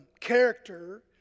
character